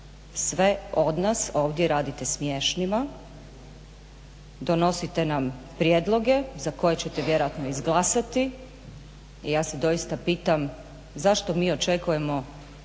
sve od nas ovdje radite smiješnima, donosite nam prijedloge za koje ćete vjerojatno izglasati i ja se doista pitam zašto mi očekujemo